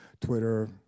Twitter